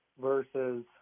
versus